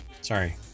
sorry